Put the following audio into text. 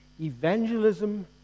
Evangelism